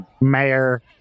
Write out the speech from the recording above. mayor